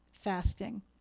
fasting